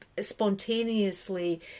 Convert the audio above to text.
spontaneously